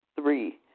Three